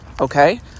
okay